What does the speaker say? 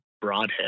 broadhead